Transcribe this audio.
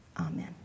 Amen